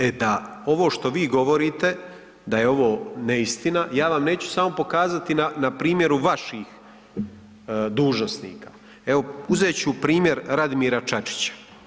E da ovo što vi govorite, da je ovo neistina, na vam neću samo pokazati na primjeru vaših dužnosnika, evo uzet ću primjer Radimira Čačića.